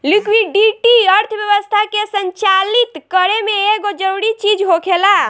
liquidity अर्थव्यवस्था के संचालित करे में एगो जरूरी चीज होखेला